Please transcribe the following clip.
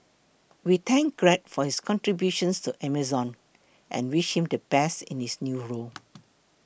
we thank Greg for his contributions to Amazon and wish him the best in his new role